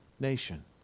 nation